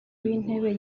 w’intebe